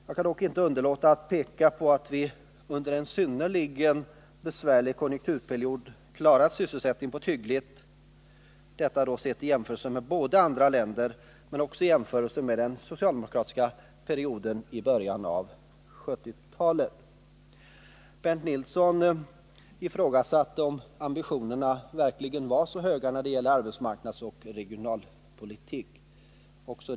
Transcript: Jag kan dock inte underlåta att peka på att vi under en synnerligen besvärlig konjunkturperiod klarat sysselsättningen på ett hyggligt sätt, detta både i jämförelse med andra länder och vid en jämförelse med den socialdemokratiska perioden i början av 1970-talet. Bernt Nilsson ifrågasatte om ambitionerna verkligen var så höga när det gällde arbetsmarknadsoch regionalpolitiken.